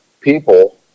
people